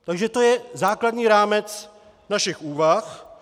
Takže to je základní rámec našich úvah.